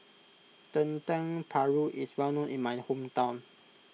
Dendeng Paru is well known in my hometown